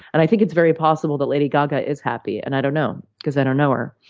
and i think it's very possible that lady gaga is happy, and i don't know because i don't know her.